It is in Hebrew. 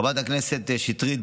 חברת הכנסת שטרית,